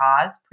cause